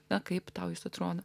na kaip tau jis atrodo